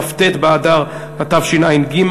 כ"ט באדר התשע"ג,